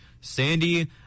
Sandy